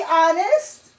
honest